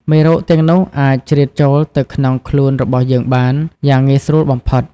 មេរោគទាំងនោះអាចជ្រៀតចូលទៅក្នុងខ្លួនរបស់យើងបានយ៉ាងងាយស្រួលបំផុត។